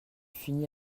fini